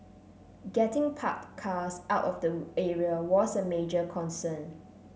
getting parked cars out of the area was a major concern